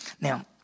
Now